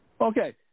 Okay